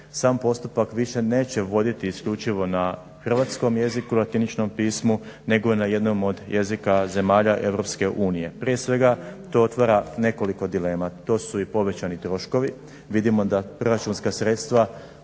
sam postupak više neće voditi isključivo na hrvatskom jeziku, latiničnom pismu nego na jednom od jezika zemalja EU. Prije svega to otvara nekoliko dilema. To su i povećani troškovi. Vidimo da proračunska sredstva